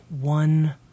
one